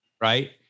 right